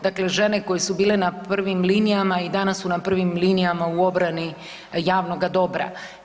Dakle, žene koje su bile na prvim linijama i danas su na prvim linijama u obrani javnoga dobra.